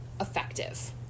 effective